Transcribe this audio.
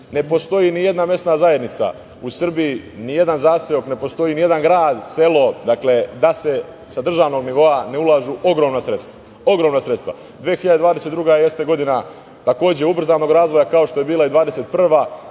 postoji ni jedna mesna zajednica u Srbiji, ni jedan zaseok, ne postoji ni jedan grad, selo, da se sa državnog nivoa ne ulažu ogromna sredstva. Godina 2022. jeste godina takođe ubrzanog razvoja, kao što je bila i 2021.